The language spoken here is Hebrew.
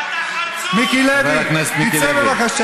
חבר הכנסת מיקי לוי.